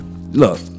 Look